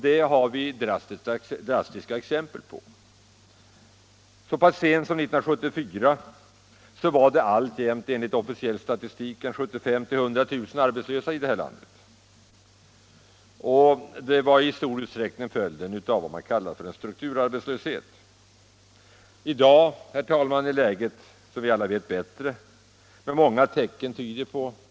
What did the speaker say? Det har vi drastiska exempel på. Så sent som år 1974 var det enligt officiell statistik 75 000-100 000 arbetslösa i detta land, i stor utsträckning till följd av vad som kallas för en strukturarbetslöshet. I dag, herr talman, är läget som vi alla vet bättre.